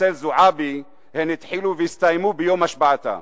אצל זועבי הם התחילו והסתיימו ביום השבעתה.